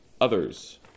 others